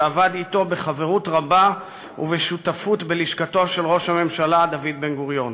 שעבד אתו בחברות רבה ובשותפות בלשכתו של ראש הממשלה דוד בן-גוריון.